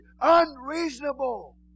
Unreasonable